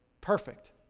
perfect